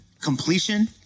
completion